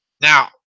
Now